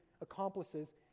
accomplices